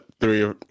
three